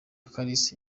kalisa